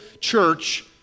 church